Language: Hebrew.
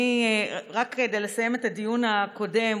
רק כדי לסיים את הדיון הקודם,